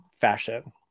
fashion